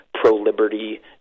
pro-liberty